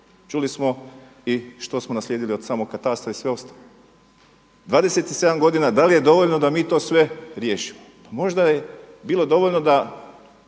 Čuli smo i što smo naslijedili od samog katastra i sve ostalo. 27 godina da li je dovoljno da mi to sve riješimo? Pa možda je bilo dovoljno da